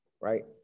right